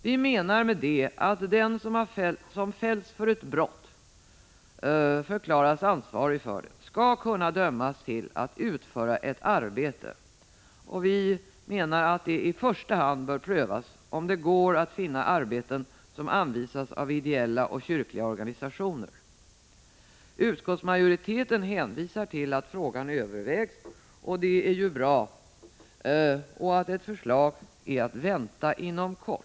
Vi menar med det att den som fälls för ett brott och förklaras ansvarig för det skall kunna dömas till att utföra ett arbete, och vi menar att det i första hand bör prövas om det går att finna arbeten som anvisas av ideella och kyrkliga organisationer. Utskottsmajoriteten hänvisar till att frågan övervägs och att ett förslag är att vänta inom kort.